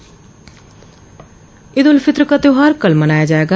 ईद उल फित्र का त्यौहार कल मनाया जायेगा